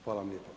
Hvala vam lijepo.